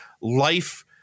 life